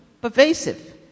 pervasive